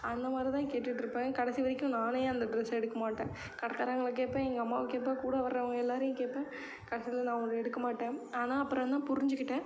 அந்த மாதிரி தான் கேட்டுட்ருப்பேன் கடைசி வரைக்கும் நானே அந்த டிரெஸ்ஸை எடுக்க மாட்டேன் கடைக்காரங்கள கேட்பேன் எங்கள் அம்மாவை கேட்பேன் கூட வரவங்க எல்லாரையும் கேட்பேன் கடைசியில் நான் ஒன்று எடுக்க மாட்டேன் ஆனால் அப்புறந்தா புரிஞ்சிக்கிட்டேன்